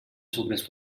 sucres